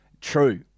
True